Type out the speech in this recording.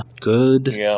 Good